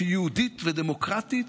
שהיא יהודית ודמוקרטית,